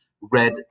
red